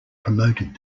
promoted